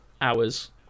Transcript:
hours